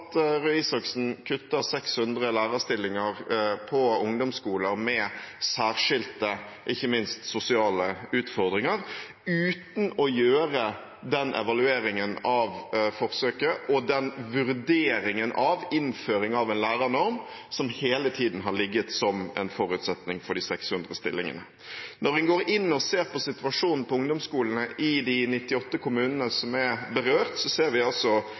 Røe Isaksen kutter 600 lærerstillinger på ungdomsskoler med særskilte – ikke minst sosiale – utfordringer uten å gjøre den evalueringen av forsøket og den vurderingen av innføring av en lærernorm som hele tiden har ligget som en forutsetning for de 600 stillingene. Når en går inn og ser på situasjonen på ungdomsskolene i de 98 kommunene som er berørt, ser vi altså